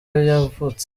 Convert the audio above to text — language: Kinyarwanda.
yavutse